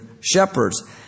shepherds